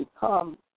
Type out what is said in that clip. become